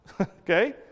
Okay